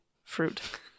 Fruit